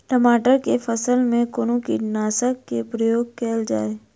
टमाटर केँ फसल मे कुन कीटनासक केँ प्रयोग कैल जाय?